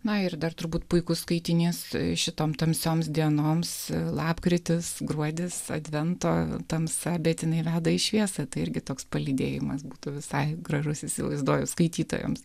na ir dar turbūt puikus skaitinys šitom tamsioms dienoms lapkritis gruodis advento tamsa bet jinai veda į šviesą tai irgi toks palydėjimas būtų visai gražus įsivaizduoju skaitytojams